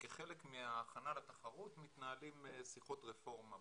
וכחלק מההכנה לתחרות מתנהלות שיחות רפורמה.